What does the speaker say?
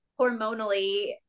hormonally